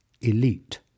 elite